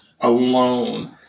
alone